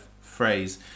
phrase